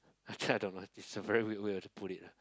actually I don't know it's a very weird way to put it lah